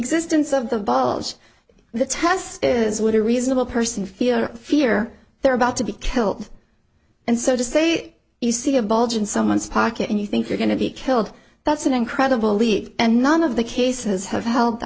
existence of the bulge the test is would a reasonable person feel fear they're about to be killed and so to say you see a bulge in someone's pocket and you think you're going to be killed that's an incredible leap and none of the cases have hel